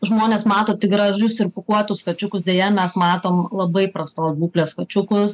žmonės mato tik gražius ir pūkuotus kačiukus deja mes matom labai prastos būklės kačiukus